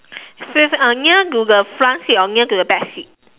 seats uh near to the front seat or near to the back seat